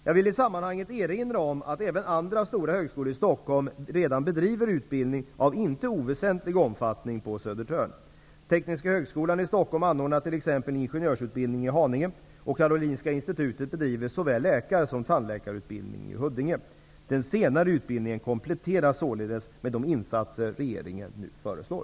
Jag vill i sammanhanget erinra om att även andra stora högskolor i Stockholm redan bedriver utbildning av inte oväsentlig omfattning på Södertörn. Tekniska högskolan i Stockholm anordnar t.ex. ingenjörsutbildning i Haninge och Karolinska institutet bedriver såväl läkar som tandläkarutbildning i Huddinge. Den senare utbildningen kompletteras således med de insatser regeringen nu föreslår.